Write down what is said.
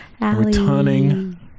returning